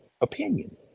opinion